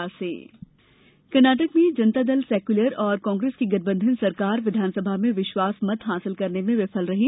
कर्नाटक कर्नाटक में जनता दल सेक्यूलर और कांग्रेस की गठबंधन सरकार विधानसभा में विश्वास मत हासिल करने में विफल रही